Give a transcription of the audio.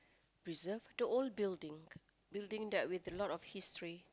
preserve the old building building that with a lot of history